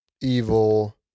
evil